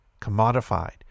commodified